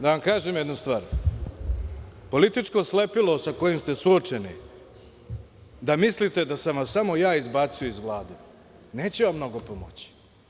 Da vam kažem jednu stvar, političko slepilo sa kojim ste suočeni da mislite da sam vas samo ja izbacio iz Vlade neće vam mnogo pomoći.